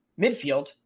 midfield